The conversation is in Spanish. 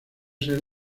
ser